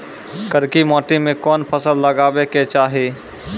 करकी माटी मे कोन फ़सल लगाबै के चाही?